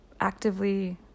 actively